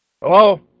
Hello